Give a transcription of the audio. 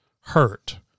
hurt